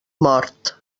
mort